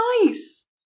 nice